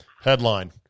Headline